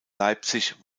leipzig